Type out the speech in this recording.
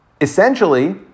Essentially